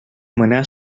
manar